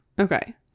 Okay